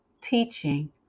teaching